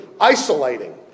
isolating